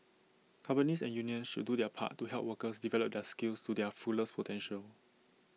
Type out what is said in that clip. companies and unions should do their part to help workers develop their skills to their fullest potential